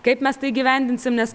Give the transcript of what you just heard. kaip mes tai įgyvendinsim nes